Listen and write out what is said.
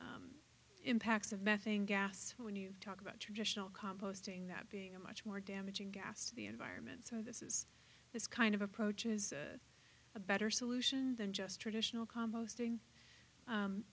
the impacts of methane gas when you talk about traditional composting that being a much more damaging gas to the environment so this is this kind of approach is a better solution than just traditional composting